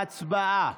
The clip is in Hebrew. הצבעה.